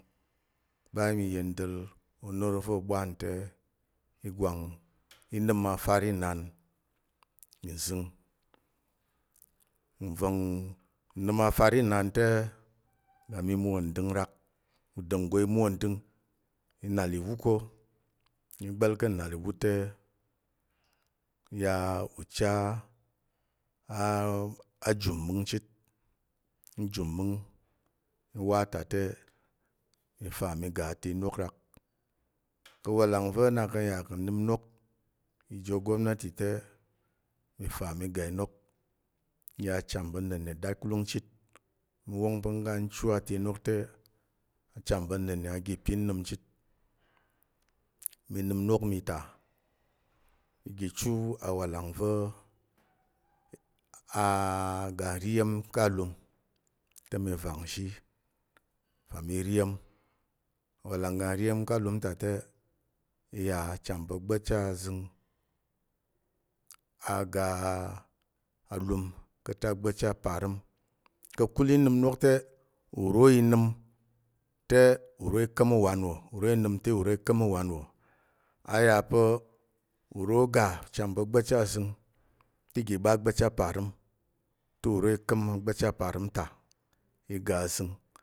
Ɓa mi yendəl o noro va̱ oɓwan te, i nəm afar înan nzəng nva̱ng nnəm afar înan te mi ga mi mwo ndəng rak. Udanggo i mwo ndəng i nàl ìwu ko. Mi gba̱l ka̱ nnàl ìwu te, ya ucha jum mməng chit. Jum mməng mí wa ta te, mi fa mi ga ate inok rak. Ka̱ walang va̱ na ki yà ka̱ nnəm inok ijo ogomnati mi fa mi ga inok ya acham pa̱ nənne datkulung chit. Mi wong pa̱ ngga nchu tak inok te a cham pa̱ nənne aga ipin nəm chit. Mi nəm inok mi ta i chu awalang va̱ aga ri iya̱m ka alum te, mi vang nzhi fa mi ri iya̱m. Awalang ga nri iya̱m ka̱ alum ta te, i yà acham pa̱ gba̱pchi azənh aga alum ka̱ te agba̱chi aparəm. Ka̱kul i nəm inok te uro i ka̱m ûwan wò, uro i nəm te uro ikəm ûwan wò a yà pa̱ uro ga acham pa̱ gba̱pchi azəng te iga i ɓa agba̱pchi aparəm te uro i ka̱m agba̱pchi aparəm ta